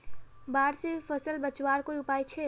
बाढ़ से फसल बचवार कोई उपाय छे?